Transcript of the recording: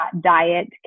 diet